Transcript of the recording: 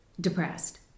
depressed